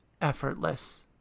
effortless